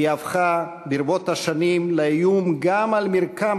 היא הפכה ברבות השנים לאיום גם על מרקם